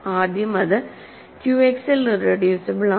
ആദ്യം അത് ക്യുഎക്സിൽ ഇറെഡ്യൂസിബിൾ ആണ്